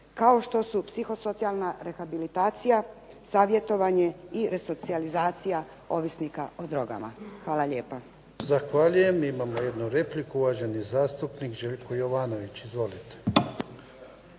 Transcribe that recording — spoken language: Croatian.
kao što su psihosocijalna rehabilitacija, savjetovanje i resocijalizacija ovisnika o drogama. Hvala lijepa. **Jarnjak, Ivan (HDZ)** Zahvaljujem. Imamo jednu repliku, uvaženi zastupnik Željko Jovanović. Izvolite.